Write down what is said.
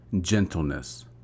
gentleness